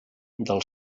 del